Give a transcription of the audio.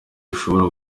bishobora